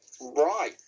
Right